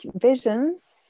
visions